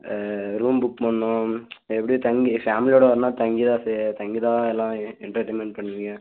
ஆ room book பண்ணணும் எப்படி தங்கி ஃபேமிலியோடு வரணுன்னால் தங்கி தான் சே தங்கி தான் எல்லாம் எ எண்டர்டைன்மெண்ட் பண்ணுவீங்கள்